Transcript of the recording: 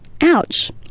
ouch